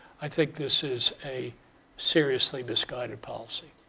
i think this is a seriously misguided policy.